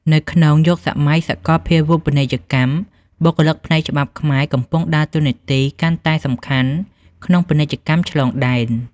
នៅក្នុងយុគសម័យសាកលភាវូបនីយកម្ម បុគ្គលិកផ្នែកច្បាប់ខ្មែរកំពុងដើរតួនាទីកាន់តែសំខាន់ក្នុងពាណិជ្ជកម្មឆ្លងដែន។